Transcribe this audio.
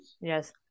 yes